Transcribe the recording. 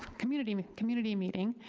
community and community meeting,